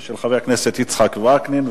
של חבר הכנסת יצחק וקנין,